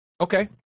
Okay